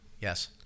Yes